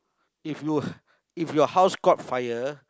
if you if your house caught fire